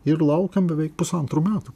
ir laukėm beveik pusantrų metų